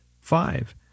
Five